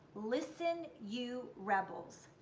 listen you rebels,